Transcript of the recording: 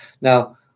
Now